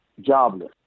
jobless